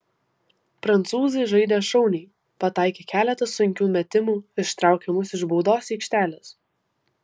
prancūzai žaidė šauniai pataikė keletą sunkių metimų ištraukė mus iš baudos aikštelės